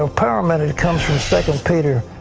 ah power um and comes from second peter,